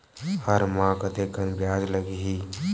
हर माह कतेकन ब्याज लगही?